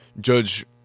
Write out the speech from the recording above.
Judge